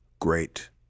great